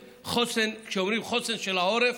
כשאומרים חוסן של העורף,